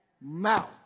mouth